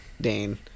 Dane